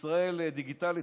בישראל דיגיטלית.